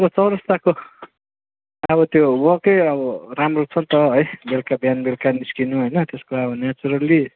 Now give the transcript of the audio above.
त्यो चौरास्ताको अब त्यो वकै अब राम्रो छ नि त है बेलुका बिहान बेलुका निस्किनु होइन त्यसको अब नेचुरल्ली